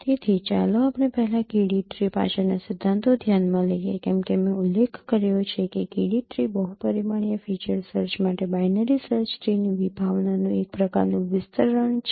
તેથી ચાલો આપણે પહેલા K D ટ્રી પાછળના સિદ્ધાંતો ધ્યાનમાં લઈએ કેમ કે મેં ઉલ્લેખ કર્યો છે કે K D ટ્રી બહુ પરિમાણીય ફીચર સર્ચ માટે બાઇનરી સર્ચ ટ્રી ની વિભાવનાનું એક પ્રકારનું વિસ્તરણ છે